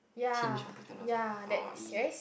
tinge of bitterness ah orh !eee!